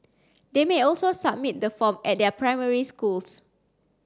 they may also submit the form at their primary schools